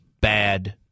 bad